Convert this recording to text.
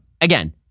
again